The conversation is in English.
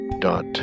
dot